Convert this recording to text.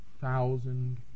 thousand